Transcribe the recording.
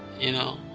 you know,